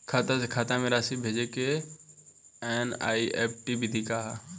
खाता से खाता में राशि भेजे के एन.ई.एफ.टी विधि का ह?